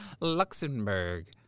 Luxembourg